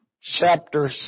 chapter